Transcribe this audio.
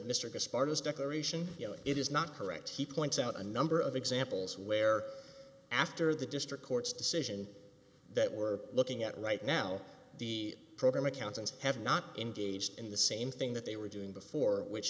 his declaration it is not correct he points out a number of examples where after the district court's decision that we're looking at right now the program accountants have not engaged in the same thing that they were doing before which